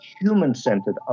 human-centered